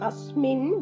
Asmin